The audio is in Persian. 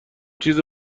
چیز